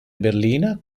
berlina